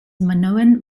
minoan